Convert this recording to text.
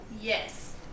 Yes